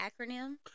acronym